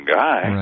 guy